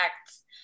acts